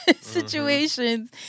situations